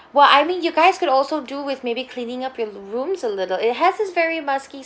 well I mean you guys could also do with maybe cleaning up your rooms a little it has this very musky